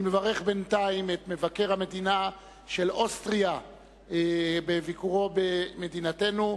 אני מברך בינתיים את מבקר המדינה של אוסטריה בביקורו במדינתנו,